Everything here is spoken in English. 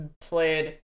played